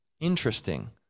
interesting